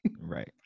Right